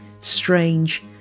strange